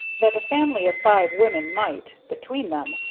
that a family of five women might, between them,